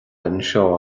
anseo